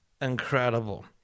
incredible